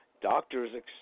doctors